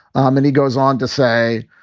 um and he goes on to say,